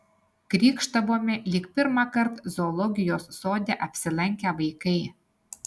krykštavome lyg pirmąkart zoologijos sode apsilankę vaikai